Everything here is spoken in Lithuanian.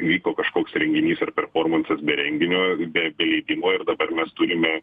įvyko kažkoks renginys ar performansas be renginio be be leidimo ir dabar mes turime